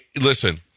Listen